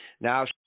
Now